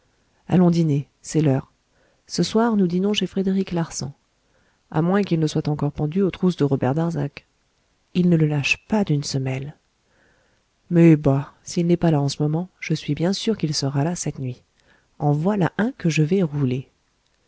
allons dîner c'est l'heure ce soir nous dînons chez frédéric larsan à moins qu'il ne soit encore pendu aux trousses de robert darzac il ne le lâche pas d'une semelle mais bah s'il n'est pas là en ce moment je suis bien sûr qu'il sera là cette nuit en voilà un que je vais rouler